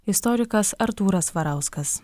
istorikas artūras svarauskas